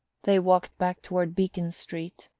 they walked back toward beacon street,